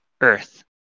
Earth